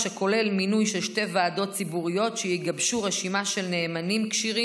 שכולל מינוי של שתי ועדות ציבוריות שיגבשו רשימה של נאמנים כשירים,